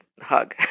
hug